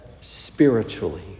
spiritually